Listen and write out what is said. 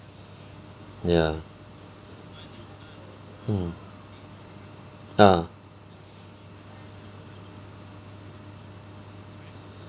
ya hmm ah